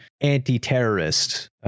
anti-terrorist